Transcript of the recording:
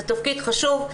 זה תפקיד חשוב,